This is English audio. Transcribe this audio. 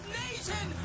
nation